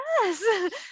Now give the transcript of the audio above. Yes